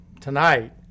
tonight